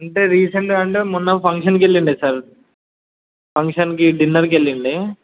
అంటే రీసెంట్గా అంటే మొన్న ఒక ఫంక్షన్కి వెళ్ళాను సార్ ఫంక్షన్కి డిన్నర్కి వెళ్ళాను